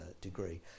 degree